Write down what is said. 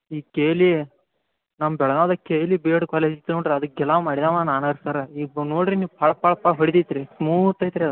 ಈಗ ಕೇಳಿ ನಮ್ಮ ಕೇಳಿ ಬಿ ಎಡ್ ಕಾಲೇಜ್ ಇತ್ತು ನೋಡ್ರಿ ಅದಕ್ಕೆ ಕೆಲವು ಮಾಡ್ಯಾವ ನಾನೇ ಸರ್ ಈಗ ನೋಡ್ರಿ ನೀವು ಫಳ ಫಳ ಫಳ ಹೊಳಿತೈತ್ರಿ ಮೂವತ್ತು ಐತ್ರ